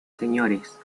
señores